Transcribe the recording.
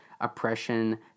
oppression